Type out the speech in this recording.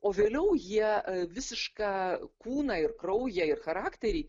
o vėliau jie visišką kūną ir kraują ir charakterį